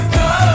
go